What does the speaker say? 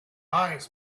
eyes